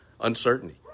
uncertainty